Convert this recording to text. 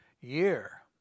year